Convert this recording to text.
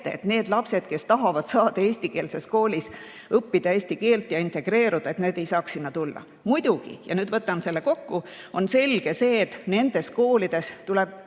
ette. Need lapsed, kes tahavad eestikeelses koolis õppida eesti keelt ja integreeruda, peavad saama sinna tulla. Muidugi – nüüd ma võtan selle kokku – on selge, et nendes koolides tuleb